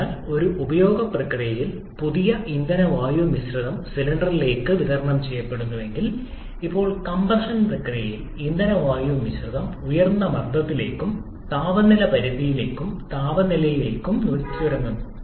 അതിനാൽ ഒരു ഉപഭോഗ പ്രക്രിയയിൽ പുതിയ ഇന്ധന വായു മിശ്രിതം സിലിണ്ടറിലേക്ക് വിതരണം ചെയ്യുന്നുവെങ്കിൽ ഇപ്പോൾ കംപ്രഷൻ പ്രക്രിയയിൽ ഇന്ധന വായു മിശ്രിതം ഉയർന്ന മർദ്ദത്തിലേക്കും താപനില പരിധിയിലേക്കും താപനില നിലയിലേക്കും ചുരുക്കുന്നു